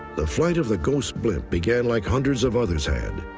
the flight of the ghost blimp began like hundreds of others had.